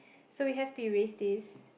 so we have to erase this